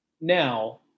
now